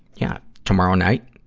yeah, tomorrow night.